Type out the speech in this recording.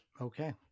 Okay